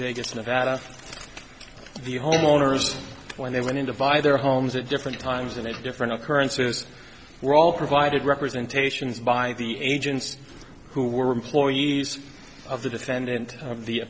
vegas nevada the home owners when they went into vi their homes at different times and in different occurrences were all provided representations by the agents who were employees of the defendant of the